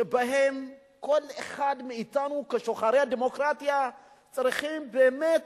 שבהם כל אחד מאתנו, כשוחרי הדמוקרטיה, צריכים באמת